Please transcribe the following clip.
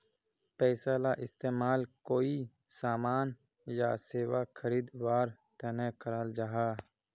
पैसाला इस्तेमाल कोए सामान या सेवा खरीद वार तने कराल जहा